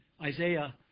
Isaiah